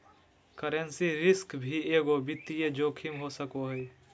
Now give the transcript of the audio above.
currency risk भी एगो वित्तीय जोखिम हो सको हय